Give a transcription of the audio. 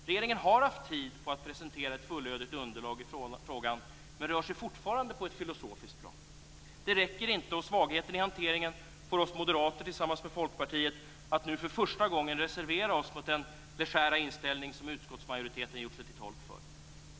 Regeringen har haft tid för att presentera ett fullödigt underlag i frågan men rör sig fortfarande på ett filosofiskt plan. Detta räcker inte, och svagheten i hanteringen får oss moderater tillsammans med Folkpartiet att nu för första gången reservera oss mot den legära inställning som utskottsmajoriteten har gjort sig till tolk för.